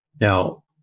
Now